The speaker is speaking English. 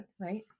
right